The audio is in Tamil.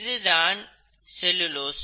இது தான் செல்லுலோஸ்